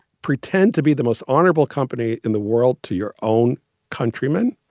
pretend to be the most honorable company in the world to your own countrymen,